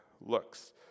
looks